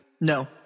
No